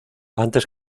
antes